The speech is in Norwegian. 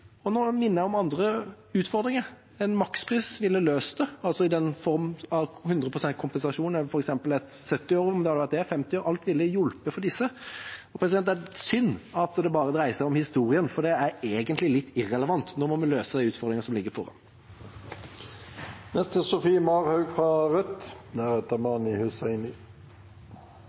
Nå minner jeg om andre utfordringer. En makspris ville løst det, altså i form av 100 pst. kompensasjon over f.eks. 70 øre, om det hadde vært det, eller 50 øre – alt ville hjulpet for disse. Det er synd at det bare dreier seg om historien, for det er egentlig litt irrelevant. Nå må vi løse de utfordringene som ligger foran